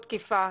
הותקפה,